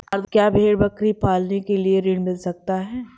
क्या भेड़ बकरी पालने के लिए ऋण मिल सकता है?